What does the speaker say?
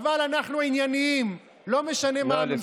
חוק טובה, אבל אפילו נתניהו לא רוצה בה,